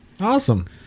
Awesome